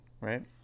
Right